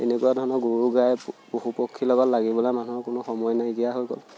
এনেকুৱা ধৰণৰ গৰু গাই পশু পক্ষীৰ লগত লাগিবলে মানুহৰ কোনো সময় নাইকিয়া হৈ গ'ল